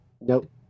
Nope